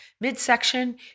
midsection